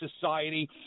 society